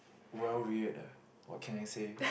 well weird ah what can I say